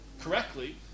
correctly